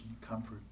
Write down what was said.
comfort